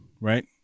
right